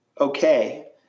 Okay